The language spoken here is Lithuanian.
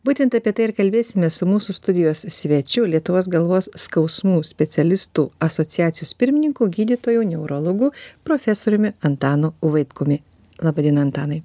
būtent apie tai ir kalbėsimės su mūsų studijos svečiu lietuvos galvos skausmų specialistų asociacijos pirmininku gydytoju neurologu profesoriumi antanu vaitkumi laba diena antanai